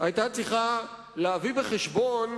היתה צריכה להביא בחשבון,